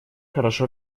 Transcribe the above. хорошо